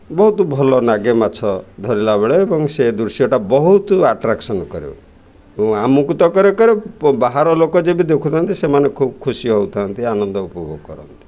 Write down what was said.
ବହୁତ ଭଲ ଲାଗେ ମାଛ ଧରିଲା ବେଳେ ଏବଂ ସେ ଦୃଶ୍ୟଟା ବହୁତ ଆଟ୍ରାକ୍ସନ୍ କରେ ଏବଂ ଆମୁକୁ ତ କରେ କରେ ବାହାର ଲୋକ ଯେ ବି ଦେଖୁଥାନ୍ତି ସେମାନେ ଖୁବ୍ ଖୁସି ହେଉଥାନ୍ତି ଆନନ୍ଦ ଉପଭୋଗ କରନ୍ତି